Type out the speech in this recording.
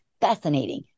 fascinating